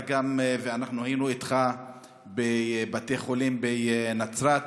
אנחנו היינו איתך בבתי חולים בנצרת,